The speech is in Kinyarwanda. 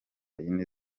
yine